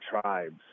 tribes